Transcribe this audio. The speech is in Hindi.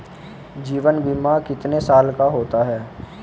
जीवन बीमा कितने साल का होता है?